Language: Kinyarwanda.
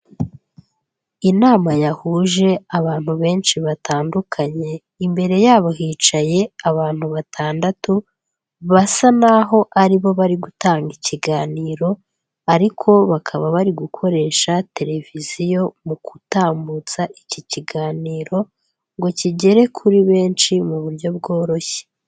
Inama yahuje abantu benshi batandukanye, imbere yabo hicaye abantu batandatu basa n'aho ari bo bari gutanga ikiganiro ariko bakaba bari gukoresha televiziyo mu kutambutsa iki kiganiro ngo kigere kuri benshi mu buryo bworoshye.